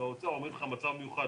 אומר לך מצב מיוחד,